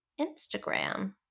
Instagram